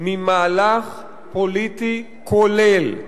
ממהלך פוליטי כולל,